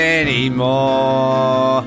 anymore